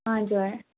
हजुर